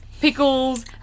pickles